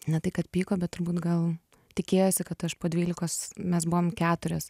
ne tai kad pyko bet turbūt gal tikėjosi kad aš po dvylikos mes buvom keturios